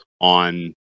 on